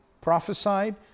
prophesied